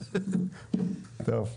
טוב.